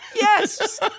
Yes